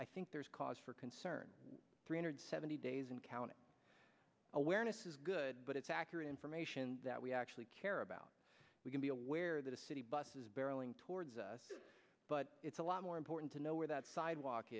i think there's cause for concern three hundred seventy days and counting awareness is good but it's accurate information that we actually care about we can be aware that a city bus is barreling towards us but it's a lot more important to know where that sidewalk